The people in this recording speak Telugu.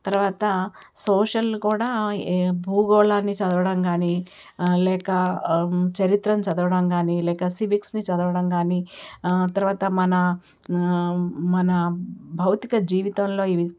తరువాత సోషల్ కూడా భూగోళాన్ని చదవడం కానీ లేక చరిత్రని చదవడం కానీ లేక సివిక్స్ని చదవడం కానీ తరువాత మన మన భౌతిక జీవితంలో ఇవి